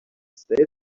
state